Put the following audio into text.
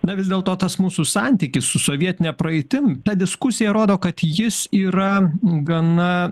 na vis dėlto tas mūsų santykis su sovietine praeitim ta diskusija rodo kad jis yra gana